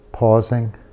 Pausing